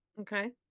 Okay